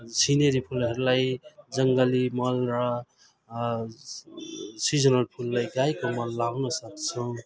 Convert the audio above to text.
scenery फुलहरूलाई जङ्गली मल र सिजनल फुललाई गाईको मल लाउन सक्छौँ